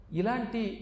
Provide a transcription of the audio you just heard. ilanti